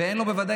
ובוודאי